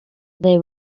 they